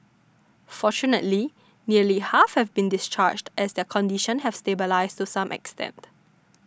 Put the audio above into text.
fortunately nearly half have been discharged as their condition have stabilised to some extent